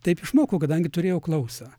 taip išmokau kadangi turėjau klausą